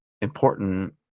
important